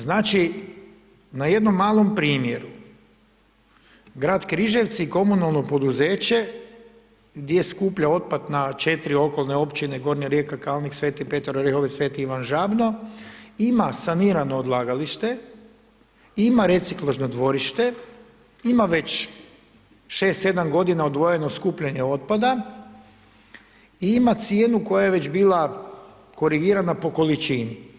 Znači na jednom malom primjeru, grad Križevci i komunalno poduzeće, gdje skuplja otpad na 4 okolne općine, Gornja Rijeka, Klanik, Sveti Petar … Sveti Ivan Žabno ima sanirano odlagalište, ima reciklažnom dvorište, ima već 6, 7 godina odvojeno skupljane otpada i ima cijenu koja je već bila korigirana po količini.